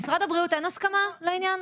משרד הבריאות, אין הסכמה על העניין?